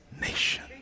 nation